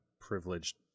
privileged